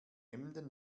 emden